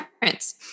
parents